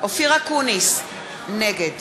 אופיר אקוניס, נגד